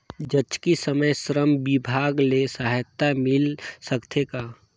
जचकी समय श्रम विभाग ले सहायता मिल सकथे का?